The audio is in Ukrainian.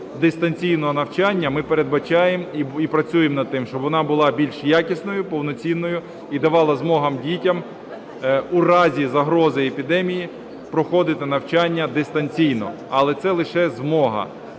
дистанційного навчання ми передбачаємо і працюємо над тим, щоб вона була більш якісною, повноцінною і давала змогу дітям у разі загрози епідемії проходити навчання дистанційно. Але це лише змога.